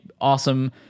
awesome